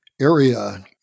area